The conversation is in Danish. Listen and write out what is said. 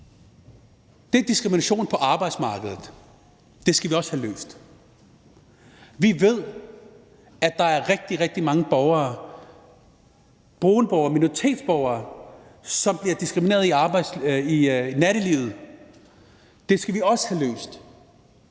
Det er diskrimination på arbejdsmarkedet, og det skal vi også have løst. Vi ved, at der er rigtig, rigtig mange borgere, brune borgere, minoritetsborgere, som bliver diskrimineret i nattelivet, og det skal vi også have løst.